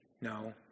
No